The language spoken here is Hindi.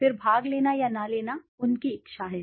फिर भाग लेना या न लेना उनकी इच्छा है